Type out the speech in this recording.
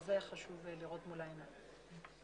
זה חשוב לראות מול העיניים.